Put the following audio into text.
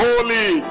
Holy